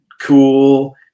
cool